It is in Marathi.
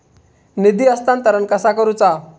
निधी हस्तांतरण कसा करुचा?